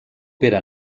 pere